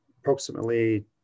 Approximately